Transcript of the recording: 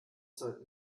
sollten